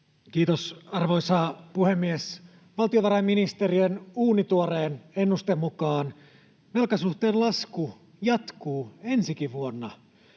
Kiitos, arvoisa puhemies! Valtiovarainministeriön uunituoreen ennusteen mukaan velkasuhteen lasku jatkuu ensikin vuonna,